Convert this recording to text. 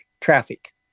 traffic